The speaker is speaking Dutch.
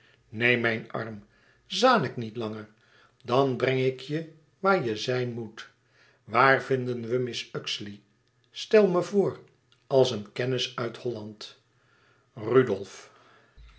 neem mijn arm zanik niet langer dan breng ik je waar je zijn moet waar vinden we mrs uxeley stel me voor als een kennis uit holland rudolf